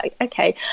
okay